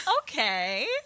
Okay